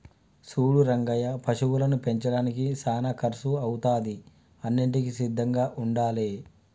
సూడు రంగయ్య పశువులను పెంచడానికి సానా కర్సు అవుతాది అన్నింటికీ సిద్ధంగా ఉండాలే